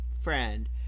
friend